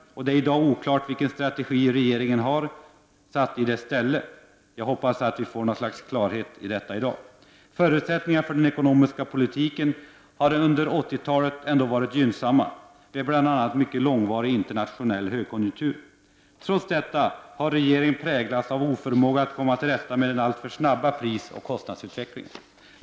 Det är i dag oklart vilken strategi regeringen har satt i dess ställe. Jag hoppas att vi får något slags klarhet i detta i dag. Förutsättningarna för den ekonomiska politiken har under 80-talet ändå varit gynnsamma, med bl.a. en mycket långvarig internationell högkonjunktur. Trots detta har regeringen präglats av oförmåga att komma till rätta med den alltför snabba prisoch kostnadsutvecklingen.